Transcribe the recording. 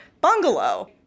bungalow